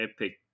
epic